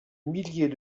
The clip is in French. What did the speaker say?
milliers